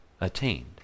attained